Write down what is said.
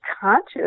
conscious